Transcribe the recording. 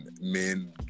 men